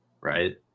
right